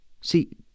See